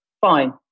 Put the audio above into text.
fine